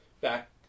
back –